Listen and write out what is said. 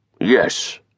Yes